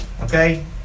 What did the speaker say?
okay